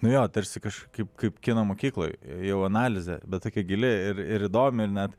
nuo jo tarsi kažkaip kaip kino mokykloj jau analizė bet tokia gili ir ir įdomi net